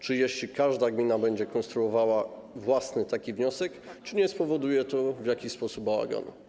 Czy jeśli każda gmina będzie konstruowała własny wniosek, czy nie spowoduje to w jakiś sposób bałaganu?